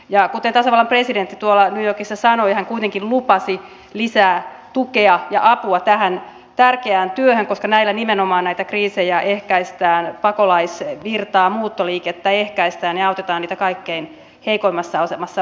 ja kuten tasavallan presidentti new yorkissa sanoi hän kuitenkin lupasi lisää tukea ja apua tähän tärkeään työhön koska näillä nimenomaan näitä kriisejä ehkäistään pakolaisvirtaa muuttoliikettä ehkäistään ja autetaan niitä kaikkein heikoimmassa asemassa olevia